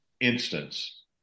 instance